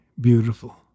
Beautiful